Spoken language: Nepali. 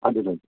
हजुर हजुर